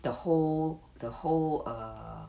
the whole the whole err